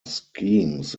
schemes